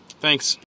Thanks